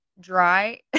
dry